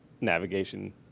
navigation